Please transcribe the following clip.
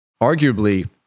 Arguably